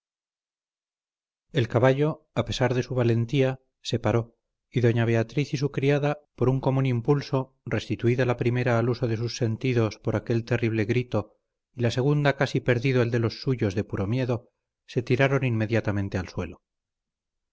el caballo a pesar de su valentía se paró y doña beatriz y su criada por un común impulso restituida la primera al uso de sus sentidos por aquel terrible grito y la segunda casi perdido el de los suyos de puro miedo se tiraron inmediatamente al suelo